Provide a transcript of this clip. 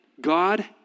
God